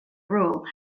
rule